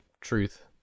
truth